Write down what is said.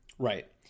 Right